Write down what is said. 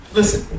Listen